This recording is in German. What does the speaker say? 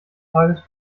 tages